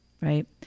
right